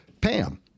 Pam